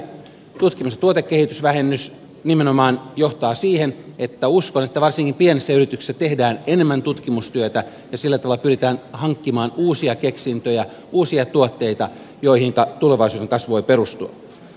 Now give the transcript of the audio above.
uskon että tutkimus ja tuotekehitysvähennys nimenomaan johtaa siihen että varsinkin pienissä yrityksissä tehdään enemmän tutkimustyötä ja sillä tavalla pyritään hankkimaan uusia keksintöjä uusia tuotteita joihinka tulevaisuuden kasvu voi perustua